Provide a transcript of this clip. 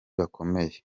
bakomeye